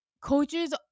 coaches